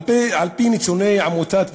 על-פי עמותת "בטרם"